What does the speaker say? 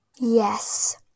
Yes